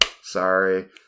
Sorry